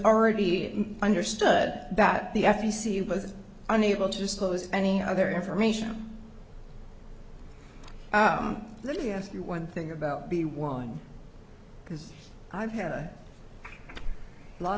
already understood that the f e c was unable to disclose any other information let me ask you one thing about the one because i've had a lot